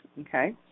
okay